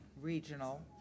regional